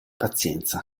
pazienza